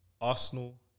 Arsenal